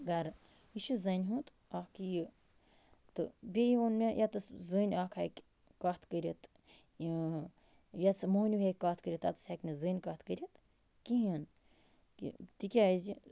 گَرٕ یہِ چھُ زَنٛنہِ ہُنٛد اَکھ یہِ تہٕ بیٚیہِ وُن مےٚ یَتٕس زٔنۍ اَکھ ہٮ۪کہِ کَتھ کٔرِتھ یَتٕس مٔہٕنیوٗ ہٮ۪کہِ کَتھ کٔرِتھ تَتِس ہٮ۪کہِ نہٕ زٔنۍ کَتھ کٔرِتھ کِہیٖنۍ کہ تِکیٛازِ